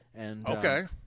Okay